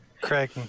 Craig